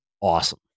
awesome